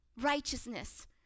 righteousness